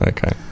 Okay